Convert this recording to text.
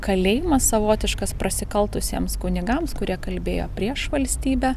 kalėjimas savotiškas prasikaltusiems kunigams kurie kalbėjo prieš valstybę